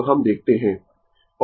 तो हम देखते है